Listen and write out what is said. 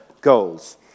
goals